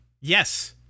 yes